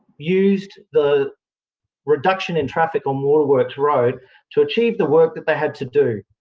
used the reduction in traffic on waterworks road to achieve the work that they had to do.